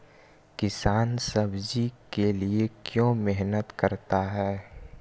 किसान सब्जी के लिए क्यों मेहनत करता है?